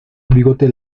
bigote